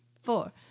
four